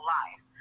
life